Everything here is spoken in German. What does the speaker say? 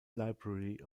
library